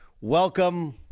Welcome